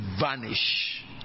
vanish